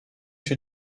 się